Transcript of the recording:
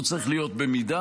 הוא צריך להיות במידה,